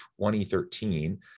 2013